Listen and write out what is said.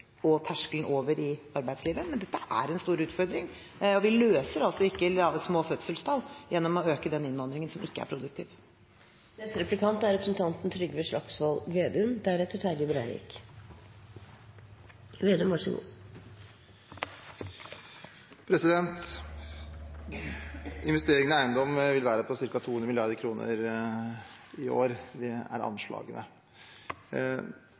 og terskelen over i arbeidslivet, men dette er en stor utfordring, og vi løser ikke små fødselstall gjennom å øke den innvandringen som ikke er produktiv. Investeringene i eiendom vil være på ca. 200 mrd. kr i år. Det er anslagene. Vi ser at på grunn av lavere EØS-innvandring er ikke etterspørselssiden i